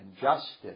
justice